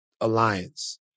alliance